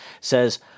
says